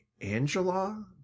Angela